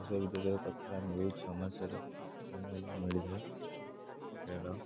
ଦେଶ ବିଦେଶର କଥା ନ୍ୟୁଜ୍ ସମାଚାର ଜାଣିବାକୁ ମିଳିଥାଏ ଖେଳ